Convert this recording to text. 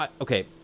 okay